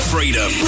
Freedom